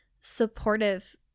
supportive